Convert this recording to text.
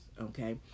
Okay